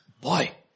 boy